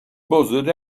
buzzard